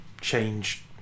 change